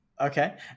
Okay